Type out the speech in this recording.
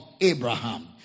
Abraham